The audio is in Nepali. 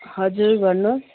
हजुर भन्नुहोस्